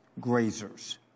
grazers